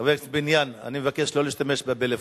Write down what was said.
חבר הכנסת פיניאן, אני מבקש לא להשתמש בפלאפון.